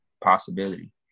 possibility